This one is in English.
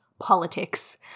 politics